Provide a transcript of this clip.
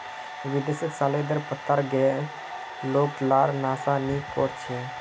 विदेशत सलादेर पत्तार बगैर लोग लार नाश्ता नि कोर छे